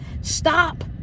Stop